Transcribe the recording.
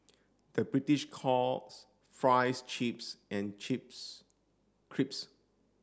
the British calls fries chips and chips crisps